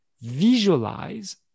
visualize